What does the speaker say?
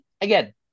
again